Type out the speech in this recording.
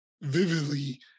vividly